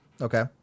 Okay